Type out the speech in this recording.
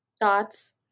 thoughts